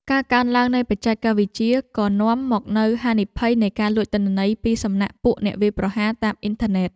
ការកើនឡើងនៃបច្ចេកវិទ្យាក៏នាំមកនូវហានិភ័យនៃការលួចទិន្នន័យពីសំណាក់ពួកអ្នកវាយប្រហារតាមអ៊ីនធឺណិត។